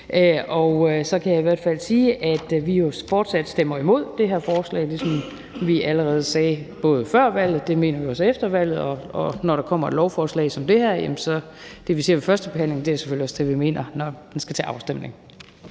Og så kan jeg i hvert fald sige, at vi jo fortsat stemmer imod det her forslag. Det er sådan, at hvad vi allerede sagde før valget, mener vi også efter valget, og når der kommer et lovforslag som det her, mener vi selvfølgelig også det, som vi sagde ved førstebehandlingen, når det skal til afstemning.